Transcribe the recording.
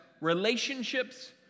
relationships